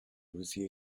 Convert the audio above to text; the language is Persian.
روزیه